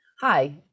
Hi